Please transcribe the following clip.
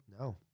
No